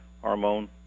hormone